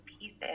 pieces